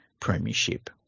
premiership